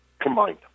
combined